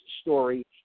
story